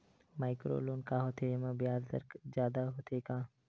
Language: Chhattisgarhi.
माइक्रो लोन का होथे येमा ब्याज दर जादा होथे का?